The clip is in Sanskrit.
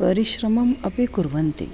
परिश्रमम् अपि कुर्वन्ति